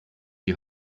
die